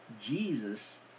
Jesus